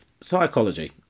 psychology